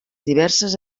diverses